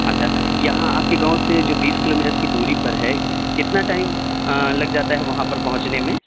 اچھا یہاں آپ کے گاؤں سے جو بیس کلو میٹر کی دوری پر ہے کتنا ٹائم لگ جاتا ہے وہاں پر پہنچنے میں